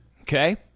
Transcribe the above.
Okay